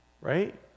right